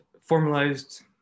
formalized